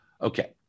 Okay